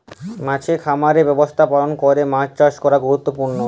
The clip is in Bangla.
মাছের খামারের ব্যবস্থাপলা ক্যরে মাছ চাষ ক্যরা গুরুত্তপুর্ল